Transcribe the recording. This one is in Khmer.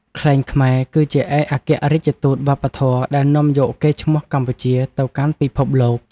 ខ្លែងខ្មែរគឺជាឯកអគ្គរាជទូតវប្បធម៌ដែលនាំយកកេរ្តិ៍ឈ្មោះកម្ពុជាទៅកាន់ពិភពលោក។